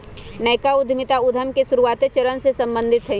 नयका उद्यमिता उद्यम के शुरुआते चरण से सम्बंधित हइ